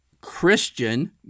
Christian